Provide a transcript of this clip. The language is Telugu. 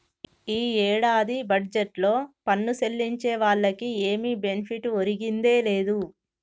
ఈ ఏడాది బడ్జెట్లో పన్ను సెల్లించే వాళ్లకి ఏమి బెనిఫిట్ ఒరిగిందే లేదు